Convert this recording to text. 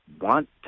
want